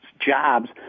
jobs